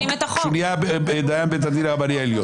כשהוא נהיה דיין בית הדין הרבני העליון.